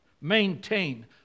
Maintain